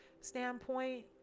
standpoint